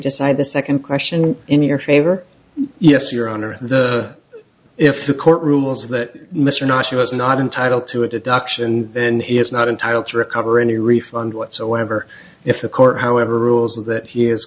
decide the second question in your favor yes your honor the if the court rules that mr nash was not entitled to it at the auction then he is not entitled to recover any refund whatsoever if the court however rules that he is